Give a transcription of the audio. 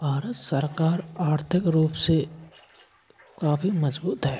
भारत सरकार आर्थिक रूप से काफ़ी मजबूत है